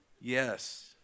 yes